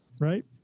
Right